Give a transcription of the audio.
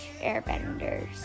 airbenders